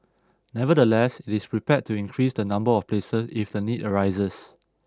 nevertheless it is prepared to increase the number of places if the need arises